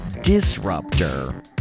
disruptor